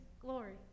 glory